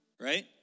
right